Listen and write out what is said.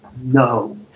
No